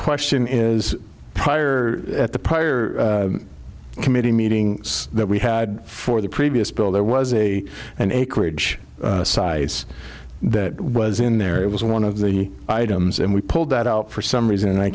question is prior at the prior committee meeting that we had for the previous bill there was a an acreage size that was in there it was one of the items and we pulled that out for some reason